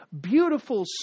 beautiful